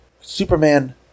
Superman